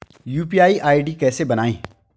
UPI ID कैसे बनाएं?